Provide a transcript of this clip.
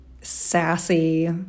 sassy